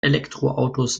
elektroautos